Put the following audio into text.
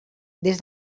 des